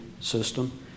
system